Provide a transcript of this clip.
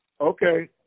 Okay